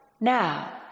Now